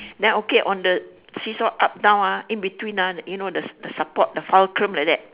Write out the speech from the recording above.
then okay on the see-saw up down ah in between ah you know the support the fulcrum like that